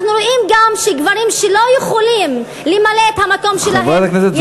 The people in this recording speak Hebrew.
אנחנו רואים גם שגברים שלא יכולים למלא את המקום שלהם,